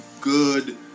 good